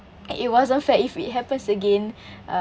and it wasn't fair if it happens again uh